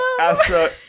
Astra